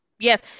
Yes